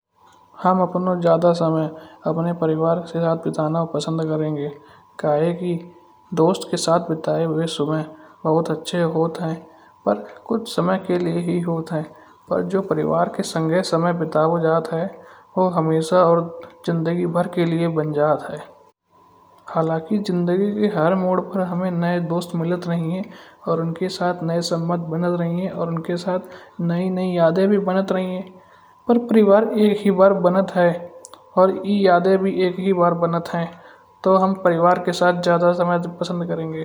हम अपने ज्यादो समय अपने परिवार के साथ बिताना पसंद करेंगे। कहे की दोस्त के साथ बिताए हुए समय बहुत अच्छे होत हैं। पर कुछ समय के लिए ही होत है। जो परिवार के संग समय बितायो जात है। और हमेशा और जिंदगी के लिए बनजत है। हालाँकि जिंदगी की हर मोड़ पर हमें नए दोस्त मिलत रहन हैं। और उनके साथ संबंध, नई-नई यादें भी बनत रहई हैं। पर परिवार एक ही बार बनत है। और ऐ यादें भी एक ही ही बार बनत है। तो हम परिवार के साथ ज्यादा समय तक पसंद करेंगे।